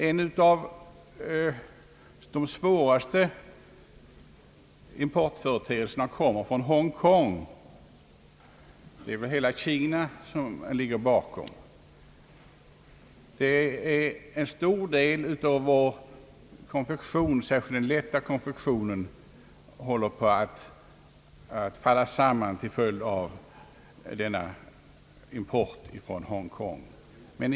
En av de svåraste företeelserna på detta område är importen från Hongkong, bakom vilken torde ligga Kina i dess helhet. En stor del av vår konfektionsindustri, särskilt för den lätta konfektionen, håller på att falla samman till följd av denna import från Hongkong.